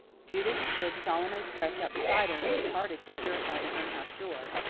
judith stood salome's crutch up beside her, and departed to purify the henhouse door.